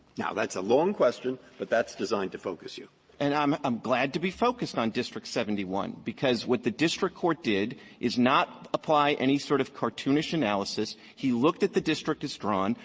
now, that's a long question, but that's designed to focus you. clement and i'm i'm glad to be focused on district seventy one, because what the district court did is not apply any sort of cartoonish analysis. he looked at the district as drawn.